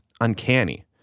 uncanny